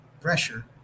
pressure